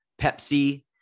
Pepsi